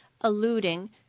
alluding